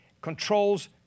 controls